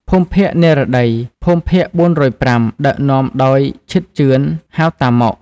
ភូមិភាគនិរតី (ភូមិភាគ៤០៥) ដឹកនាំ ដោយ ឈិត ជឿន ហៅតាម៉ុក។